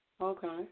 Okay